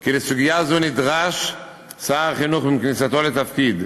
כי לסוגיה זו נדרש שר החינוך עם כניסתו לתפקיד.